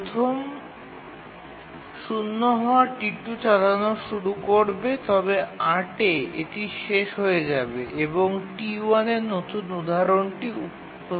প্রথম শূন্য হওয়া T2 চালানো শুরু করবে তবে ৮ এ এটি শেষ হয়ে যাবে এবং T1 এর নতুন উদাহরণটি উপস্থিত হবে